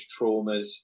traumas